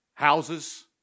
Houses